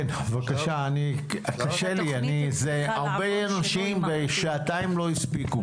קשה לי, זה הרבה אנשים, ושעתיים לא הספיקו.